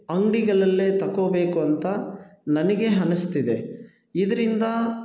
ಅಂಗ್ಡಿಗಳಲ್ಲೇ ತಗೋಬೇಕು ಅಂತ ನನಗೆ ಅನಸ್ತಿದೆ ಇದರಿಂದ